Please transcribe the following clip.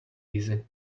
easy